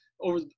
over